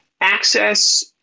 access